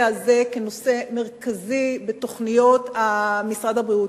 הזה כנושא מרכזי בתוכניות משרד הבריאות.